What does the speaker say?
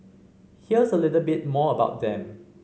here's a little bit more about them